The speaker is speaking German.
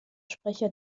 sprecher